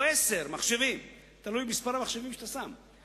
או עשר, תלוי במספר המחשבים שאתה שם.